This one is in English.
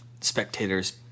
spectators